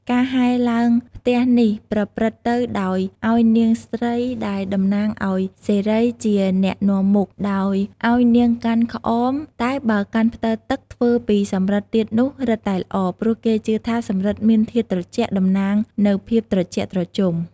ការហែរឡើងផ្ទះនេះប្រព្រឹត្តទៅដោយឲ្យនាងស្រីដែលតំណាងឲ្យសិរីជាអ្នកនាំមុខ ដោយឲ្យនាងកាន់ក្អម តែបើកាន់ផ្តិលទឹកធ្វើពីសិរិទ្ធទៀតនោះរឹតតែល្អ ព្រោះគេជឿថាសំរិទ្ធមានធាតុត្រជាក់ តំណាងនូវភាពត្រជាក់ត្រជុំ ។